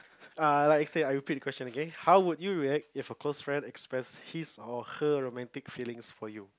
uh like I said I repeat the question okay how would react if a close friend express his or her romantic feelings for you